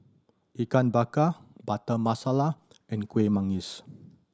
Ikan Bakar Butter Masala and Kuih Manggis